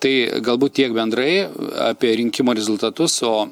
tai galbūt tiek bendrai apie rinkimų rezultatus o